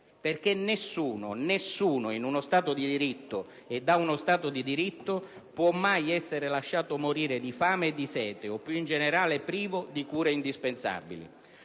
Perché nessuno, nessuno in uno Stato di diritto e da uno Stato di diritto può mai essere lasciato morire di fame e di sete o, più in generale, privo di cure indispensabili.